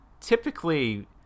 Typically